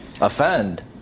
Offend